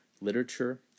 literature